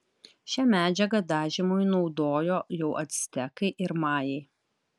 šią medžiagą dažymui naudojo jau actekai ir majai